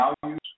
values